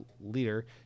Leader